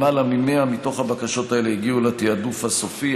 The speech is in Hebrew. למעלה מ-100 מתוך הבקשות האלה הגיעו לתעדוף הסופי.